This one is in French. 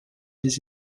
des